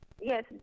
yes